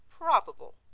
Probable